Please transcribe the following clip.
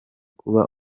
kuba